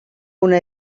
una